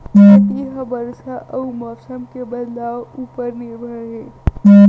खेती हा बरसा अउ मौसम के बदलाव उपर निर्भर हे